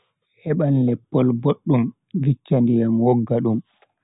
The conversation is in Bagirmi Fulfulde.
Heban leppol boddum viccha nduyam wogga dum.